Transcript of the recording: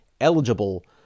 eligible